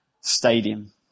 Stadium